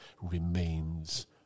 remains